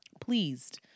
Pleased